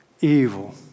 evil